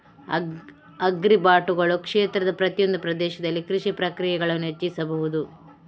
ಆಗ್ರಿಬಾಟುಗಳು ಕ್ಷೇತ್ರದ ಪ್ರತಿಯೊಂದು ಪ್ರದೇಶದಲ್ಲಿ ಕೃಷಿ ಪ್ರಕ್ರಿಯೆಗಳನ್ನು ಹೆಚ್ಚಿಸಬಹುದು